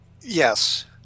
Yes